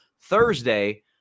Thursday